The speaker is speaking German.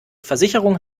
versicherung